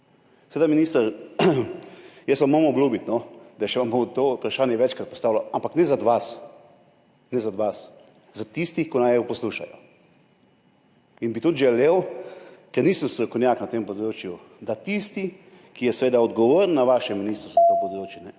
Minister, jaz vam moram obljubiti, da vam bom to vprašanje še večkrat postavljal, ampak ne zaradi vas, ne zaradi vas, zaradi tistih, ki naju poslušajo. In bi tudi želel, ker nisem strokovnjak na tem področju, da tisti, ki je odgovoren na vašem ministrstvu za to področje,